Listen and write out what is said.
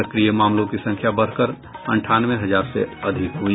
सक्रिय मामलों की संख्या बढ़कर अंठानवे हजार से अधिक हुई